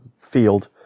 field